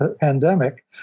pandemic